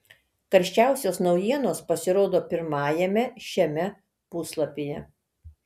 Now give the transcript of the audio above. karščiausios naujienos pasirodo pirmajame šiame puslapyje